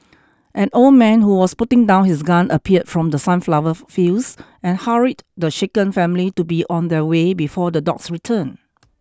an old man who was putting down his gun appeared from the sunflower fields and hurried the shaken family to be on their way before the dogs return